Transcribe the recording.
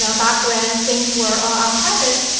so back when things were on-premise,